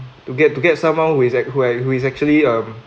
to get to get someone who act who who is actually um